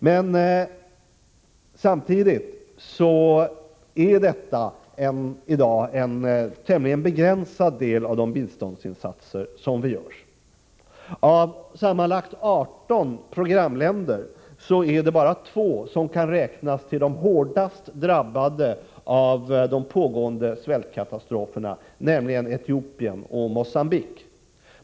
Men samtidigt är detta en tämligen begränsad del av de biståndsinsatser som görs i dag. Av sammanlagt 18 programländer är det bara 2 som kan räknas till dem som drabbats hårdast av de pågående svältkatastroferna, nämligen Etiopien och Mogambique.